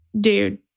Dude